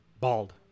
bald